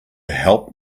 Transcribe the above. help